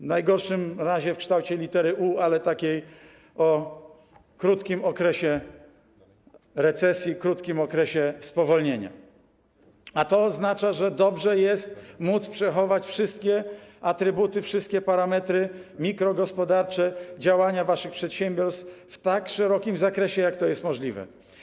W najgorszym razie w kształcie litery U, ale takiej o krótkim okresie recesji, krótkim okresie spowolnienia, a to oznacza, że dobrze jest móc przechować wszystkie atrybuty, wszystkie parametry mikrogospodarcze działania waszych przedsiębiorstw w tak szerokim zakresie, jak to jest możliwe.